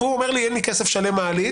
והוא אומר לי: אין לי כסף לשלם למעלית.